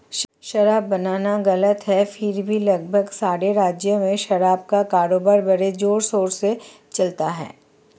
शराब बनाना गलत है फिर भी लगभग सारे राज्यों में शराब का कारोबार बड़े जोरशोर से चलता है